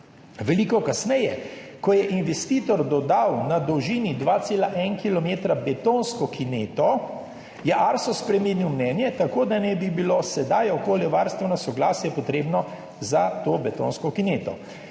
Veliko kasneje, ko je investitor dodal na dolžini 2,1 kilometra betonsko kineto, je Arso spremenil mnenje, tako da naj bi bilo sedaj okoljevarstveno soglasje potrebno za to betonsko kineto.